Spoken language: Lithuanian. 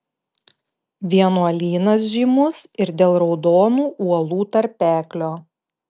vienuolynas žymus ir dėl raudonų uolų tarpeklio